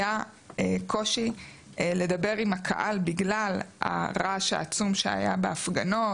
היה קושי לדבר עם הקהל בגלל הרעש העצום שהיה בהפגנות,